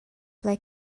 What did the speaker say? ble